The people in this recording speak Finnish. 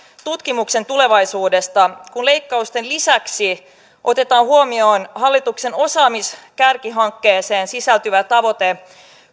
tutkimuksen tulevaisuudesta kun leikkausten lisäksi otetaan huomioon hallituksen osaamiskärkihankkeeseen sisältyvä tavoite